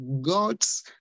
God's